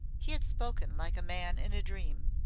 he had spoken like a man in a dream.